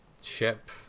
ship